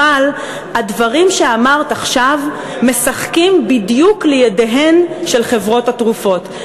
אבל הדברים שאמרת עכשיו משחקים בדיוק לידיהן של חברות התרופות,